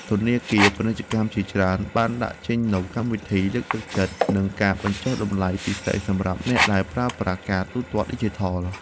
ធនាគារពាណិជ្ជជាច្រើនបានដាក់ចេញនូវកម្មវិធីលើកទឹកចិត្តនិងការបញ្ចុះតម្លៃពិសេសសម្រាប់អ្នកដែលប្រើប្រាស់ការទូទាត់ឌីជីថល។